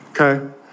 Okay